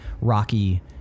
rocky